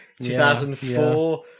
2004